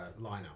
lineup